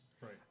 Right